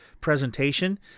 presentation